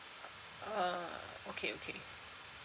ah okay okay